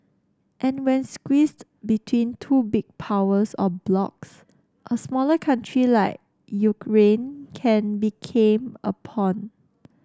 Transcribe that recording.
and when squeezed between two big powers or blocs a smaller country like Ukraine can became a pawn